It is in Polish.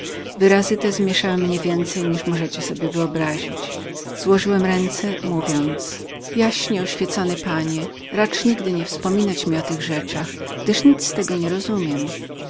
zmieszały mnie więcej niż możecie sobie wyobrazić złożyłem ręce mówiąc jaśnie oświecony panie racz nigdy nie wspominać mi o tych rzeczach których cale nie rozumiem